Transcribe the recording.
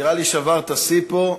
נראה לי, שברת שיא פה.